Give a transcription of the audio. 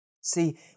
See